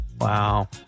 Wow